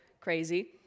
crazy